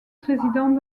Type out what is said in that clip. président